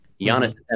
Giannis